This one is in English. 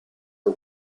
are